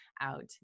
out